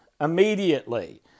immediately